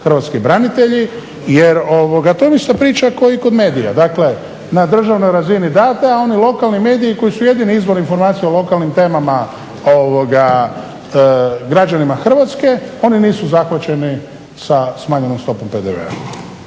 hrvatski branitelji. Jer to vam je ista priča kao i kod medija. Dakle, na državnoj razini date, a oni lokalni mediji koji su jedini izvor informacija o lokalnim temama građanima Hrvatske oni nisu zahvaćeni sa smanjenom stopom PDV-a.